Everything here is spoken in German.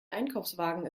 einkaufswagen